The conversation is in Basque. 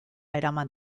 eraman